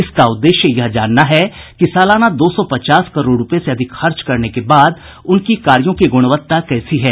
इसका उद्देश्य यह जानना है कि सालाना दो सौ पचास करोड़ रूपये से अधिक खर्च करने के बाद उनकी कार्यों की गुणवत्ता कैसी है